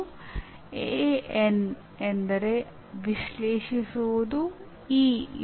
ಶಾರೀರಿಕವಾಗಿ ಏನಾಗುತ್ತದೆ ಎಂದರೆ ಕೆಲವು ಸಿನಾಪ್ಸ್ಗಳು ಪುನರಾವರ್ತಿತ ಬಳಕೆಯಿಂದಾಗಿ ಸ್ಥಿರವಾಗುತ್ತವೆ